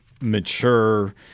mature